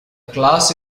class